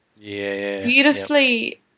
beautifully